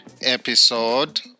episode